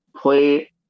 play